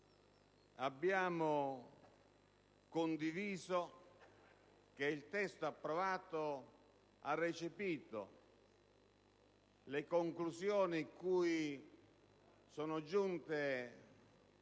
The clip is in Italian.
Abbiamo apprezzato che il testo approvato abbia recepito le conclusioni cui sono giunte le